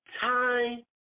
time